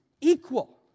equal